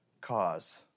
cause